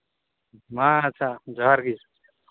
ᱢᱟ ᱟᱪᱪᱷᱟ ᱡᱚᱦᱟᱨ ᱜᱮ